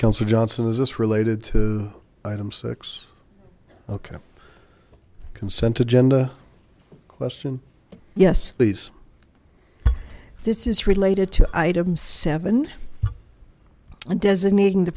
kelsey johnson is this related to item six ok consent agenda question yes please this is related to item seven and designating the